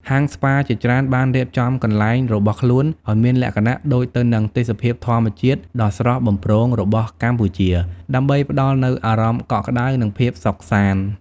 ហាងស្ប៉ាជាច្រើនបានរៀបចំទីកន្លែងរបស់ខ្លួនឲ្យមានលក្ខណៈដូចទៅនឹងទេសភាពធម្មជាតិដ៏ស្រស់បំព្រងរបស់កម្ពុជា ដើម្បីផ្តល់នូវអារម្មណ៍កក់ក្តៅ និងភាពសុខសាន្ត។